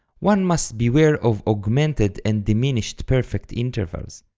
one must beware of augmented and diminished perfect intervals,